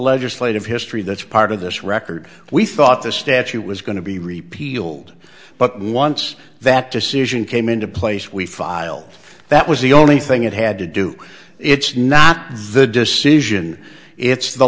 legislative history that's part of this record we thought the statute was going to be repealed but once that decision came into place we filed that was the only thing it had to do it's not the decision it's the